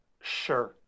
Sure